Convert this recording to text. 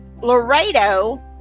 laredo